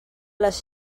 les